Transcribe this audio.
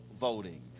voting